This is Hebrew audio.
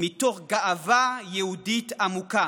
מתוך גאווה יהודית עמוקה.